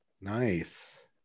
nice